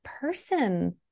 person